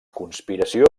conspiració